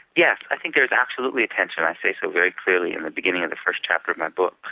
yeah i think there's absolutely a tension. i say so very clearly in the beginning of the first chapter of my book.